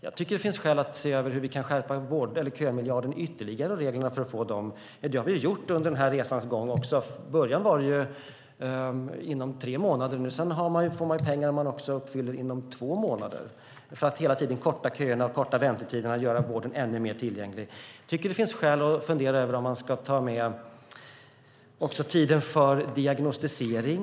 Jag tycker att det finns skäl att se över hur vi ytterligare kan skärpa reglerna för att man ska få ta del av kömiljarden. Det har vi också gjort under resans gång. Från början var det inom tre månader. Nu får man också pengar när man uppfyller det här inom två månader. Detta gör vi för att hela tiden korta köerna och korta väntetiderna och göra vården ännu mer tillgänglig. Jag tycker att det finns skäl att fundera över om man också ska ta med tiden för diagnostisering.